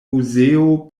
muzeo